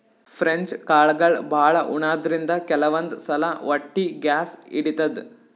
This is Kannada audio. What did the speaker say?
ಫ್ರೆಂಚ್ ಕಾಳ್ಗಳ್ ಭಾಳ್ ಉಣಾದ್ರಿನ್ದ ಕೆಲವಂದ್ ಸಲಾ ಹೊಟ್ಟಿ ಗ್ಯಾಸ್ ಹಿಡಿತದ್